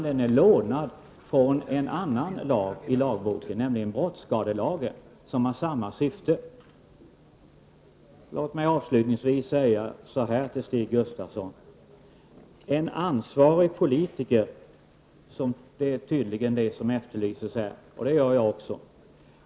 Den är lånad från en annan lag i lagboken, nämligen från brottsskadelagen, vilken har samma syfte. Låt mig avslutningsvis till Stig Gustafsson säga följande. Ansvariga politiker är tydligen det som efterlyses här, och sådana efterlyser även jag.